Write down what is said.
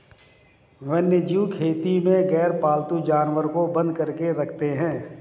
वन्यजीव खेती में गैरपालतू जानवर को बंद करके रखते हैं